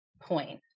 point